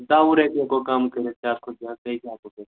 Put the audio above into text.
داہ وُہ رۄپیہِ ہٮ۪کو کم کٔرِتھ زیادٕ کھۄتہٕ زیادٕ بیٚیہِ کیٛاہ ہٮ۪کو کٔرِتھ